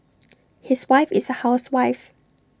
his wife is A housewife